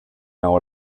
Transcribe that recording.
know